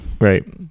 Right